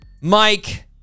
Mike